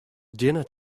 dinner